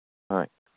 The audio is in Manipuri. ꯍꯣꯏ